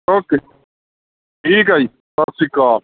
okay ਠੀਕ ਆ ਜੀ ਸਤਿ ਸ਼੍ਰੀ ਅਕਾਲ